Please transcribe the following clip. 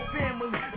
family